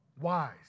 wise